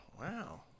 Wow